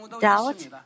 doubt